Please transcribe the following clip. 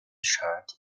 shirt